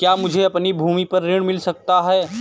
क्या मुझे अपनी भूमि पर ऋण मिल सकता है?